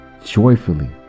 joyfully